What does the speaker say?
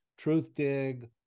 Truthdig